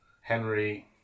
Henry